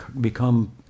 become